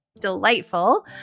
delightful